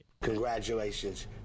Congratulations